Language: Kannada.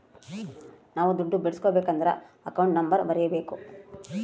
ನಾವ್ ದುಡ್ಡು ಬಿಡ್ಸ್ಕೊಬೇಕದ್ರ ಅಕೌಂಟ್ ನಂಬರ್ ಬರೀಬೇಕು